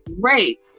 great